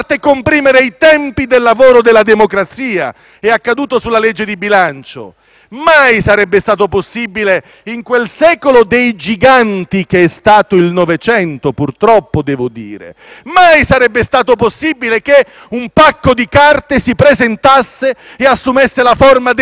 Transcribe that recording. Mai sarebbe stato possibile in quel secolo dei giganti che è stato il Novecento, purtroppo, devo dire. Mai sarebbe stato possibile che un pacco di carte si presentasse e assumesse la forma del bilancio dello Stato. Siamo arrivati anche a questo. Attenzione, allora, cari colleghi: